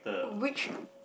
which